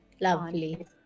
Lovely